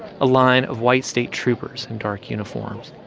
a line of white state troopers in dark uniforms.